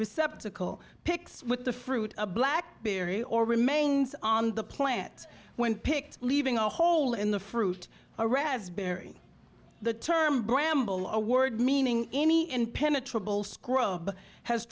receptacle picks with the fruit a black berry or remains on the plants when picked leaving a hole in the fruit a rest bury the term bramble a word meaning any impenetrable scrub has